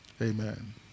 Amen